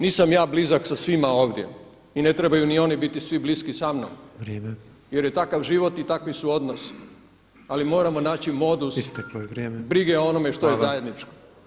Nisam ja blizak sa svima ovdje i ne trebaju ni oni biti svi bliski samnom jer je takav život i takvi su odnosi ali moramo naći modus brige o onome što je zajedničko.